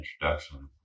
introduction